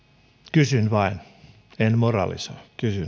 kysyn vain en moralisoi